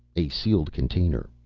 a sealed container,